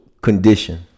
condition